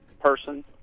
person